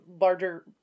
larger